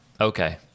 Okay